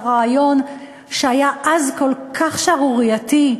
לרעיון שהיה אז כל כך שערורייתי,